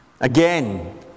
Again